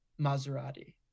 Maserati